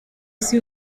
isi